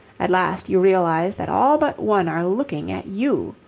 at last you realize that all but one are looking at you.